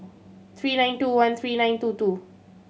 three nine two one three nine two two